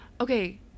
Okay